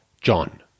John